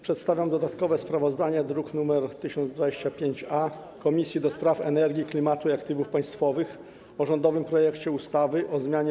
Przedstawiam dodatkowe sprawozdanie, druk nr 1025-A, Komisji do Spraw Energii, Klimatu i Aktywów Państwowych o rządowym projekcie ustawy o zmianie